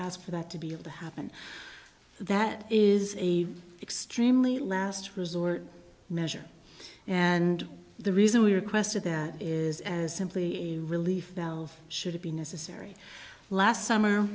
ask for that to be able to happen that is extremely last resort measure and the reason we requested that is as simply a relief valve should be necessary last summer